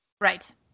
Right